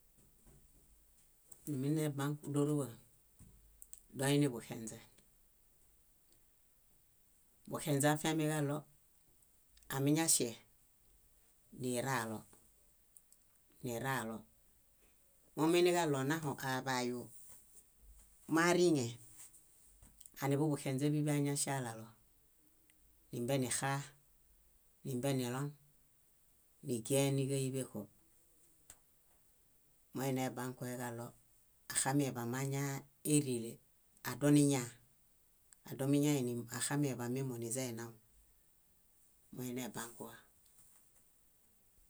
. Numinebãk dóruwa doiniḃuxenźe, doiniḃuxenźe afiamiġaɭo amiñaŝe niralo. Mominiġaɭo onaho aḃayu mariŋe, aniḃuḃuxenźe bíḃi añaŝalalo, nimbenixaa, nimbenilon, nigien níġaiḃẽko. Moinebãkueġaɭo axamiḃamaŋaa érirele adoniñaa, adoniñainiaxamiḃamimo niźaninaw. Moinebãkuwa